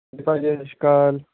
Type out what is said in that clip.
ਹਾਂਜੀ ਭਾਅ ਜੀ ਸਤਿ ਸ਼੍ਰੀ ਅਕਾਲ